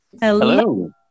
Hello